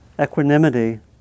equanimity